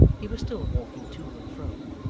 he was still walking to and fro,